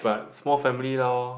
but small family lor